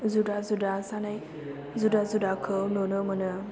जुदा जुदा जानाय जुदा जुदाखौ नुनो मोनो